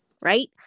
Right